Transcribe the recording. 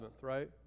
right